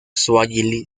suajili